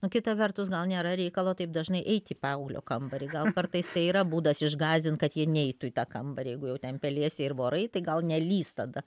nu kita vertus gal nėra reikalo taip dažnai eit į paauglio kambarį gal kartais tai yra būdas išgąsdint kad jie neitų į tą kambarį jeigu jau ten pelėsiai ir vorai tai gal nelįs tada